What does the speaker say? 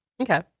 okay